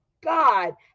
God